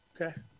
Okay